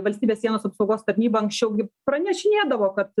valstybės sienos apsaugos tarnyba anksčiau gi pranešinėdavo kad